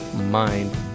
mind